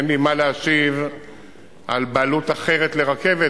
אין לי מה להשיב על בעלות אחרת לרכבת,